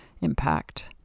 impact